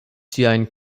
siajn